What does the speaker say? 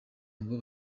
ngo